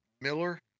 Miller